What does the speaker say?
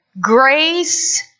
Grace